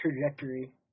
trajectory